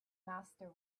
master